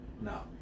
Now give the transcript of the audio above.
No